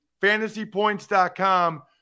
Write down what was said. fantasypoints.com